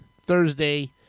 Thursday